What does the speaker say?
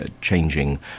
changing